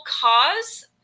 cause